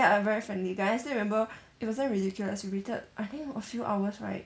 ya a very friendly guy I still remember it was damn ridiculous we waited I think a few hours right